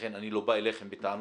לכן אני לא בא אליכם בטענות.